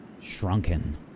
Shrunken